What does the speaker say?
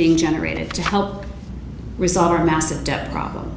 being generated to help resolve our massive debt problem